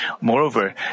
Moreover